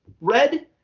red